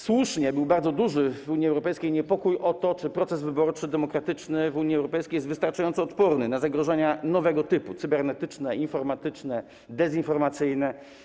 Słusznie był bardzo duży w Unii Europejskiej niepokój o to, czy demokratyczny proces wyborczy w Unii Europejskiej jest wystarczająco odporny na zagrożenia nowego typu: cybernetyczne, informatyczne, dezinformacyjne.